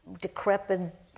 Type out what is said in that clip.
decrepit